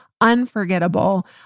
unforgettable